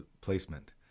placement